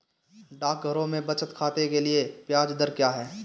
डाकघरों में बचत खाते के लिए ब्याज दर क्या है?